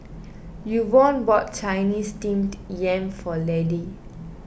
Yvonne bought Chinese Steamed Yam for Laddie